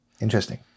Interesting